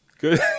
good